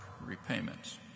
repayments